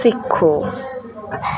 सिक्खो